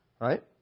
right